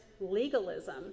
legalism